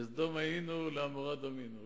כסדום היינו לעמורה דמינו.